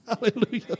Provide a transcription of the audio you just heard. Hallelujah